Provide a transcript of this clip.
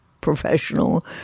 professional